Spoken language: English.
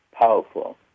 powerful